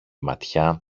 ματιά